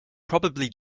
probably